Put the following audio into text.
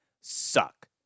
suck